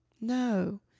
No